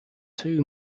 two